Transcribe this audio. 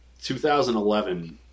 2011